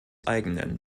eigenen